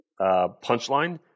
punchline